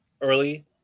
Early